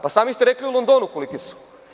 Sami ste rekli u Londonu koliki su.